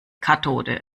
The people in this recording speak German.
kathode